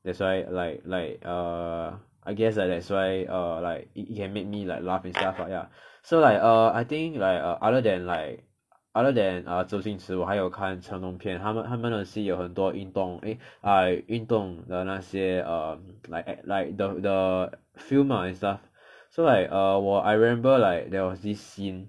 that's why like like err I guess like that's why err like it can make me like laugh itself lah ya so like err I think like err other than like other than err 周星驰我还有看 chen long 片他们他们的戏有很多运动 err like 运动的那些 like act like the the film ah and stuff so like err 我 I remember like there was this scene